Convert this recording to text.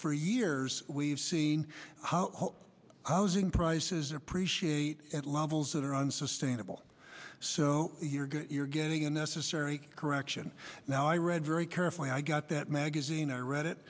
for years we've seen how housing prices appreciate at levels that are unsustainable so we're getting unnecessary correction now i read very carefully i got that magazine i read it